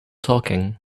talking